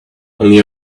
only